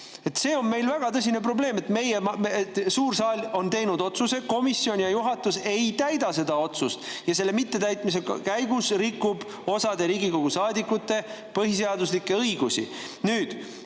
See on väga tõsine probleem. Suur saal on teinud otsuse, komisjon ja juhatus ei täida seda otsust ja selle mittetäitmise käigus rikub osa Riigikogu saadikute põhiseaduslikke õigusi. Enne